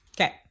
Okay